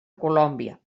colòmbia